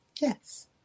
Yes